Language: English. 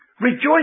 Rejoice